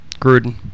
Gruden